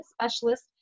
specialist